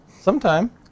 sometime